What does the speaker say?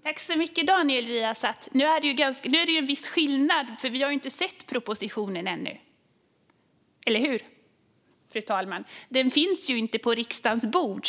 Fru talman! Det är en viss skillnad, för vi har inte sett propositionen ännu - eller hur? Den finns inte på riksdagens bord.